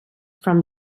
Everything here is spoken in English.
from